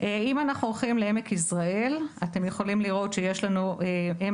אם אנחנו מסתכלים על עמק יזרעאל: יש לנו MRI